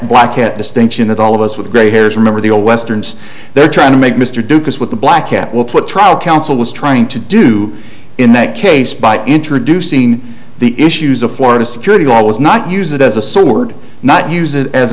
black a distinction that all of us with gray hairs remember the old westerns they're trying to make mr ducasse with the black hat will put trial counsel was trying to do in that case by introducing the issues of florida security law it was not use that as a sword not use it as